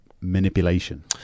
manipulation